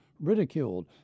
Ridiculed